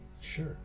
Sure